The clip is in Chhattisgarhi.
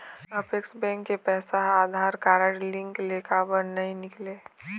अपेक्स बैंक के पैसा हा आधार कारड लिंक ले काबर नहीं निकले?